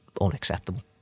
unacceptable